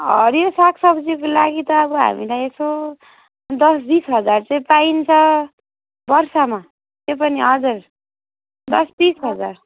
हरियो सागसब्जीको लागि त अब हामीलाई यसो दस बिस हजार चाहिँ पाइन्छ वर्षमा त्यो पनि हजुर दस बिस हजार